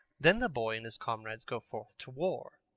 then the boy and his comrades go forth to war.